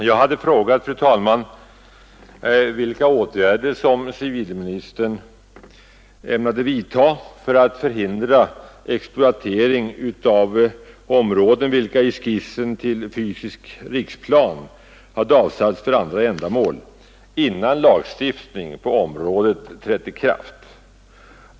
Jag har frågat, fru talman, vilka åtgärder som civilministern ämnade vidta för att förhindra exploatering av områden vilka i skissen till fysisk riksplan hade avsatts för andra ändamål innan lagstiftning på området trätt i kraft.